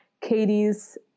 katie's